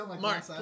Mark